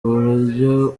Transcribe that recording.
buryo